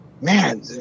man